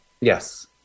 Yes